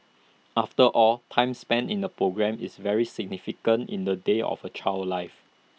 after all time spent in A programme is very significant in the day of A child's life